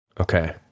Okay